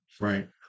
Right